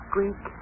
Greek